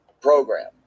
program